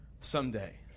someday